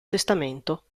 testamento